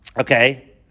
okay